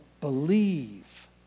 believe